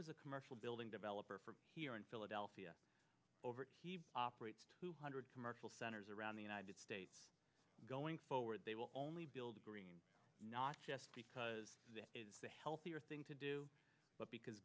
was a commercial building developer from here in philadelphia over he operates two hundred commercial centers around the united states going forward they will only build green not just because it is the healthier thing to do but because